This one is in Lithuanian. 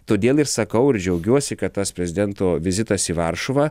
todėl ir sakau ir džiaugiuosi kad tas prezidento vizitas į varšuvą